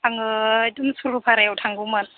आङो सरलफारायाव थांगौमोन